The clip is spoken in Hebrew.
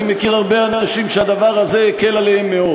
אני מכיר הרבה אנשים שהדבר הזה הקל עליהם מאוד.